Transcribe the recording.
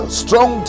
strong